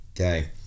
okay